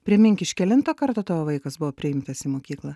primink iš kelinto karto tavo vaikas buvo priimtas į mokyklą